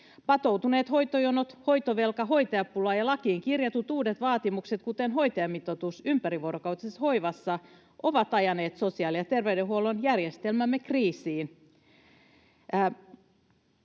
”Patoutuneet hoitojonot, hoitovelka, hoitajapula ja lakiin kirjatut uudet vaatimukset, kuten hoitajamitoitus ympärivuorokautisessa hoivassa, ovat ajaneet sosiaali- ja terveydenhuollon järjestelmämme kriisiin.